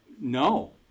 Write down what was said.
no